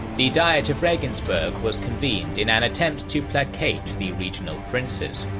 the diet of regensburg was convened in an attempt to placate the regional princes.